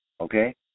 okay